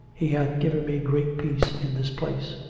he hath given me great peace in this place.